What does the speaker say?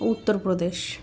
Uttar Pradesh